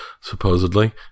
supposedly